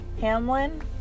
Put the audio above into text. Hamlin